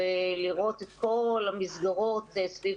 לראות את כל המסגרות סביב